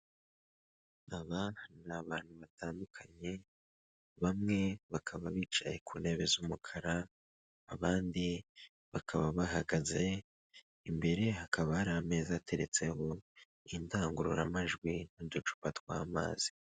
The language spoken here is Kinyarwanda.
Aba ni abantu batandukanye bamwe bakaba bicaye ku ntebe z'umukara abandi bakaba bahagaze imbere hakaba hari ameza ateretseho indangururamajwi n'uducupa tw'amazi.